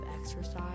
exercise